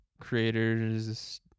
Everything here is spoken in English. creators